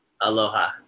Aloha